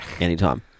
anytime